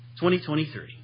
2023